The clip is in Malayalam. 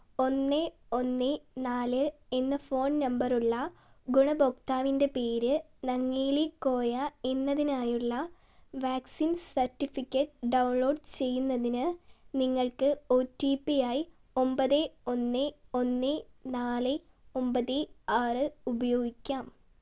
ഒന്ന് ഒന്ന് നാല് എന്ന ഫോൺ നമ്പറുള്ള ഗുണഭോക്താവിൻ്റെ പേര് നങ്ങേലി കോയ എന്നതിനായുള്ള വാക്സിൻ സർട്ടിഫിക്കറ്റ് ഡൌൺലോഡ് ചെയ്യുന്നതിന് നിങ്ങൾക്ക് ഒ റ്റി പി ആയി ഒൻപത് ഒന്ന് ഒന്ന് നാല് ഒൻപത് ആറ് ഉപയോഗിക്കാം